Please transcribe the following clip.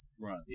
right